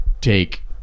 take